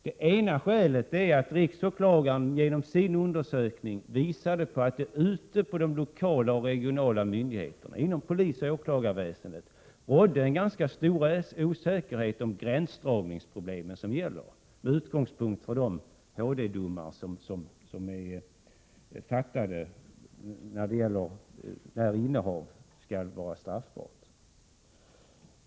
Det ena skälet är att riksåklagaren genom sin undersökning visade att det ute på de lokala och regionala myndigheterna, inom polisoch åklagarväsendet, rådde ganska stor osäkerhet om gränsdragningsproblemen — med utgångspunkt i de HD-domar som avkunnats beträffande frågan när innehav skall vara straffbart.